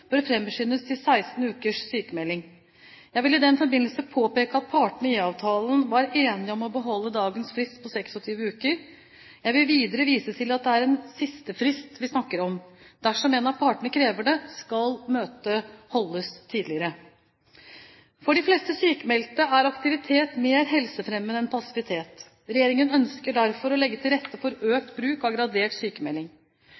bør fremskyndes til 16 ukers sykmelding. Jeg vil i den forbindelse påpeke at partene i IA-avtalen var enige om å beholde dagens frist på 26 uker. Jeg vil videre vise til at det er en sistefrist vi snakker om. Dersom en av partene krever det, skal møtet holdes tidligere. For de fleste sykmeldte er aktivitet mer helsefremmende enn passivitet. Regjeringen ønsker derfor å legge til rette for